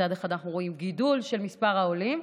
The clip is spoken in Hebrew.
מצד אחד אנחנו רואים גידול של מספר העולים,